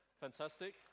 Fantastic